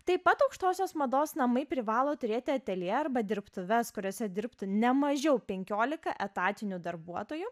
taip pat aukštosios mados namai privalo turėti ateljė arba dirbtuves kuriose dirbtų ne mažiau penkiolika etatinių darbuotojų